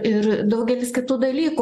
ir daugelis kitų dalykų